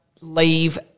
leave